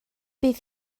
bydd